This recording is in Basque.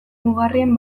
mugarrien